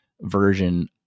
version